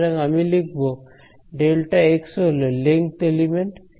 সুতরাং আমি লিখব Δx হল লেঙ্থ এলিমেন্ট